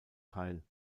teil